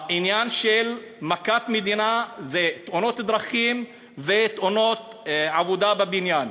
העניין של תאונות דרכים ותאונות עבודה בבניין,